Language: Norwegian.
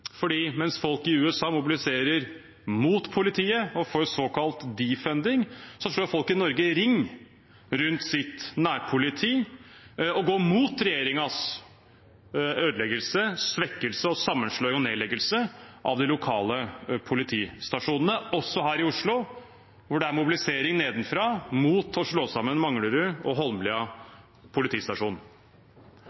mens folk i USA mobiliserer mot politiet og for såkalt «defunding», slår folk i Norge ring rundt sitt nærpoliti og går mot regjeringens ødeleggelse, svekkelse, sammenslåing og nedleggelse av de lokale politistasjonene – også her i Oslo, hvor det er mobilisering nedenfra mot å slå sammen Manglerud og Holmlia